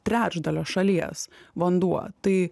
trečdalio šalies vanduo tai